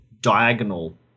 diagonal